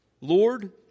Lord